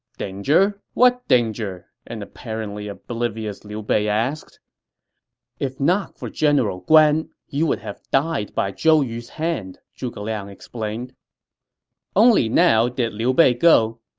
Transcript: danger? what danger? an apparently oblivious liu bei asked if not for general guan, you would have died by zhou yu's hand, zhuge liang explained only now did liu bei go,